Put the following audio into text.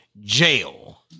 jail